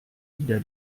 wieder